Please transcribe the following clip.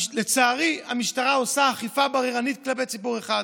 לצערי, המשטרה עושה אכיפה בררנית כלפי ציבור אחד.